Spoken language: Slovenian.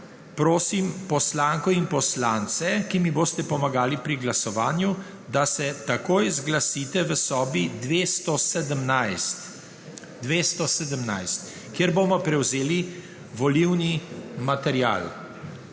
Prosim poslanko in poslance, ki mi boste pomagali pri glasovanju, da se takoj zglasite v sobi 217, kjer bomo prevzeli volilni material.